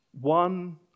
one